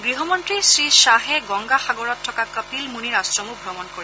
গৃহমন্ত্ৰী শ্ৰীশ্বাহে গংগা সাগৰত থকা কপিল মুনিৰ আশ্ৰমো ভ্ৰমণ কৰিব